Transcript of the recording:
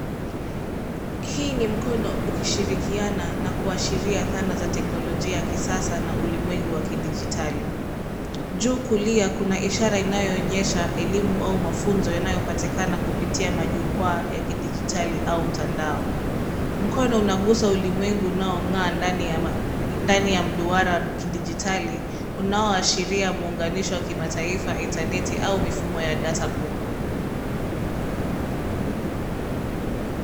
Hii ni mkono ukishirikiana na kuashiria dhana za kiteknolojia ya kisasa na ulimwengu wa kidijitali. Juu kulia kuna ishara inayo onyesha elimu au mafunzo yanayo patikana kupitia majukwa ya kidijitali au mtandao. Mkono una gusa ulimwengu unaong'aa ndani ya mduara kidijitali unayo ashiria muunganisho wa makitaifa, intaneti au mifumo ya data kubwa.